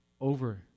over